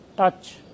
touch